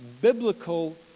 biblical